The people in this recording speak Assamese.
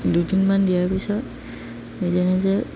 দুদিনমান দিয়াৰ পিছত নিজে নিজে